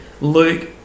Luke